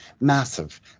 Massive